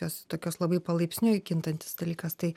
jos tokios labai palaipsniui kintantis dalykas tai